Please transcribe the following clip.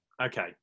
Okay